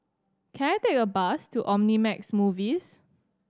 can I take a bus to Omnimax Movies